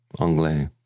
Anglais